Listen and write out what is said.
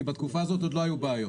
כי בתקופה הזאת עוד לא היו בעיות.